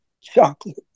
chocolate